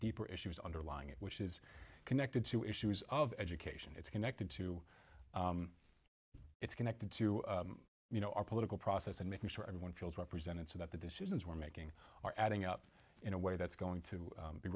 deeper issues underlying it which is connected to issues of education it's connected to it's connected to you know our political process and making sure everyone feels represented so that the decisions we're making are adding up in a way that's going to